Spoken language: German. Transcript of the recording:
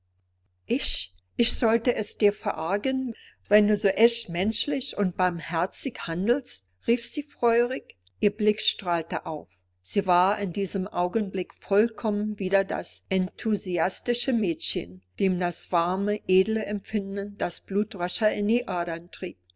ich ich sollte es dir verargen wenn du so echt menschlich und barmherzig handelst rief sie feurig ihr blick strahlte auf sie war in diesem augenblick vollkommen wieder das enthusiastische mädchen dem das warme edle empfinden das blut rascher in die adern trieb